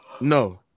No